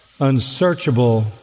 unsearchable